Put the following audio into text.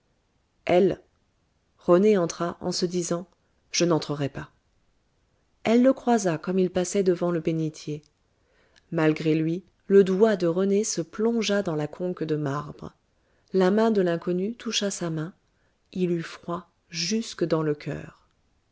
elle rené entra en se disant je n'entrerai pas elle le croisa comme il passait devant le bénitier malgré lui le doigt de rené se plongea dans la conque de marbre la main de l'inconnue toucha sa main il eut froid jusque dans le coeur